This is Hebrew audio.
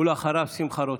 ואחריו, שמחה רוטמן.